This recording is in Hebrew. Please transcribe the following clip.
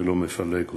ולא מפלג אותנו.